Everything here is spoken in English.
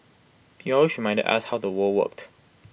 he also reminded us how the world worked